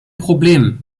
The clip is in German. problem